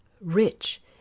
rich